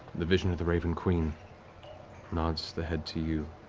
the vision of the raven queen nods the head to you,